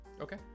Okay